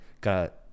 got